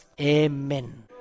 Amen